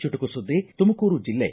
ಚುಟುಕು ಸುದ್ದಿ ತುಮಕೂರು ಜಿಲ್ಲೆ